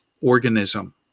organism